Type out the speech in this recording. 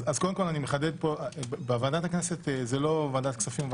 קודם כל, אני מחדד, ועדת הכנסת היא לא ועדת כספים.